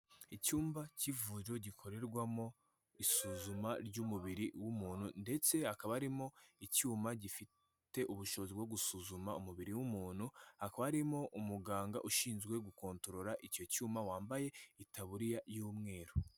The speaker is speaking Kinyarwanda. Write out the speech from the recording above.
Icyumba k'ivuriro gikorerwamo isuzuma ry'umubiri w'umuntu ndetse hakaba harimo icyuma gifite ubushobozi bwo gusuzuma umubiri w'umuntu, hakaba harimo umuganga ushinzwe gukontorora icyo cyuma, wambaye itaburiya y'umweru.